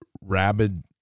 rabid